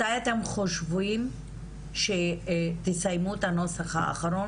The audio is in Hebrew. מתי אתם חושבים שתסיימו את הנוסח האחרון